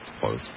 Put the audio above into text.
close